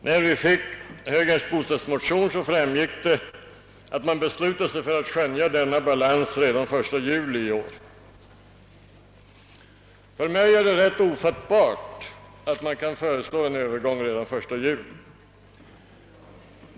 När vi fick högerns bostadsmotion framgick det att man beslutat sig för att skönja denna balans redan 1 juli i år. För mig är det rätt ofattbart att man kan föreslå en övergång redan den 1 juli.